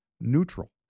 neutral